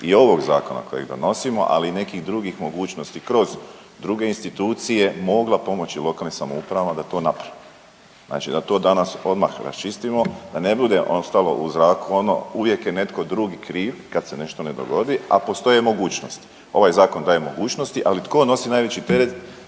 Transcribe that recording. i ovog zakona kojeg donosimo, ali i nekih drugih mogućnosti kroz druge institucije mogla pomoći lokalnim samoupravama da to naprave. Znači da to danas odmah raščistimo da ne bude ostalo u zraku ono uvijek je netko drugi kriv kad se nešto dogodi, a postoje mogućnosti. Ovaj zakon daje mogućnosti, ali tko nosi veliki teret